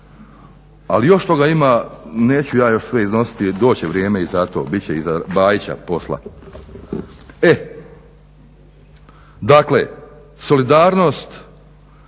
Ali još toga ima, neću ja još sve iznositi, doći će vrijeme i za to, bit će i za Bajića posla. Dakle, solidarnost